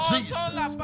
Jesus